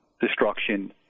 destruction